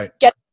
get